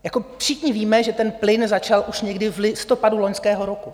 Jako všichni víme, že ten plyn začal už někdy v listopadu loňského roku.